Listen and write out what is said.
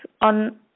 on